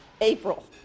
April